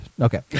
Okay